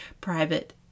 private